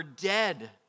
dead